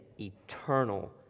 eternal